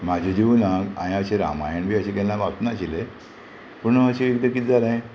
म्हाज्या जिवनाक हांयें अशें रामायण बी अशें केन्ना वाचूनाशिल्लें पूण अशें एकदां किदें जालें